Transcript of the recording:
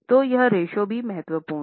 तो यह रेश्यो भी महत्वपूर्ण है